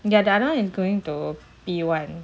ya the other one is going to P one